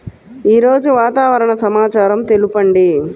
ఈరోజు వాతావరణ సమాచారం తెలుపండి